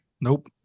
nope